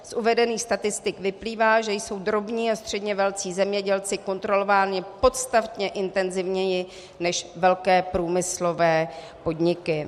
Z uvedených statistik vyplývá, že jsou drobní a středně velcí zemědělci kontrolováni podstatně intenzivněji než velké průmyslové podniky.